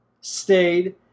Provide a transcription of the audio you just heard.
stayed